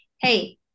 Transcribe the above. hey